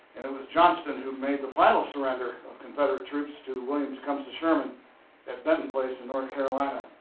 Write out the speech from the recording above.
and it was johnston who made the final surrender of confederate troops to william tecumseh sherman at benton place in north carolina,